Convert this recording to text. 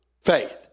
faith